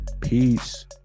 Peace